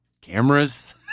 cameras